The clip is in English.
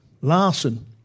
Larson